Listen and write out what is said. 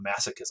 masochism